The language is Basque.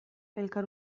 elkar